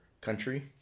country